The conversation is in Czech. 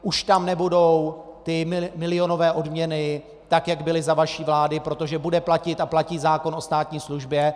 Už tam nebudou ty milionové odměny, tak jak byly za vaší vlády, protože bude platit a platí zákon o státní službě.